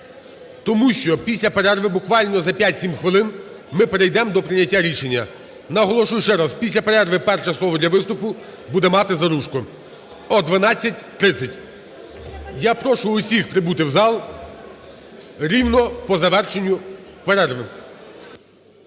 тому що після перерви, буквально за 5-7 хвилин, ми перейдемо до прийняття рішення. Наголошую ще раз: після перерви перше слово для виступу буде мати Заружко о 12:30. Я прошу всіх прибути в зал рівно по завершенню перерви.